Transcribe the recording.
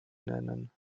nennen